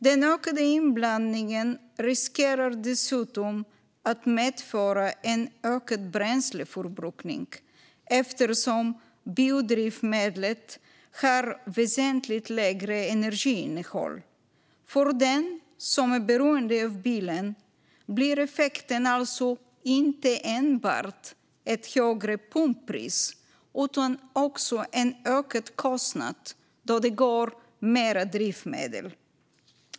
Den ökade inblandningen riskerar dessutom att medföra en ökad bränsleförbrukning, eftersom biodrivmedlet har väsentligt lägre energiinnehåll. För den som är beroende av bilen blir effekten alltså inte enbart ett högre pumppris utan också en ökad kostnad eftersom det går åt mer drivmedel.